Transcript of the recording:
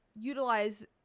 utilize